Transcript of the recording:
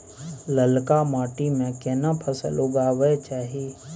ललका माटी में केना फसल लगाबै चाही?